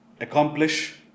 accomplish